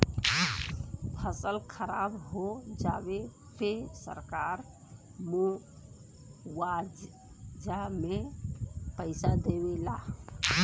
फसल खराब हो जाये पे सरकार मुआवजा में पईसा देवे ला